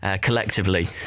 collectively